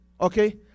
okay